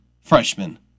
Freshman